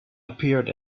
appeared